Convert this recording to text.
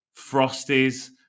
Frosties